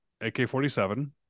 AK-47